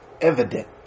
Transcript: evident